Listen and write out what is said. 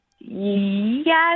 Yes